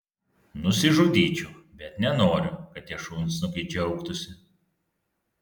nusižudyčiau bet nenoriu kad tie šunsnukiai džiaugtųsi